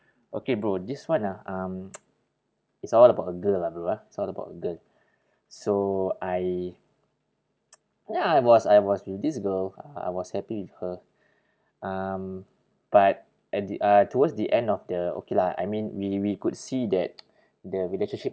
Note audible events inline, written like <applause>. okay bro this one ah um <noise> it's all about a girl lah bro ah it's all about a girl so I <noise> ya I was I was with this girl uh I was happy with her um but at the uh towards the end of the okay lah I mean we we could see that <noise> the relationship